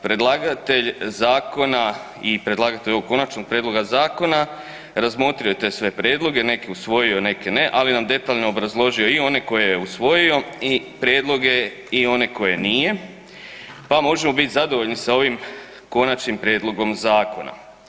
Predlagatelj zakona i predlagatelj ovog konačnog prijedloga zakona razmotrio je sve te prijedloge, neke usvojio, neke ne, ali nam detaljno obrazložio i one koje je usvojio i prijedloge i one koje nije, pa možemo biti zadovoljni sa ovim konačnim prijedlogom zakona.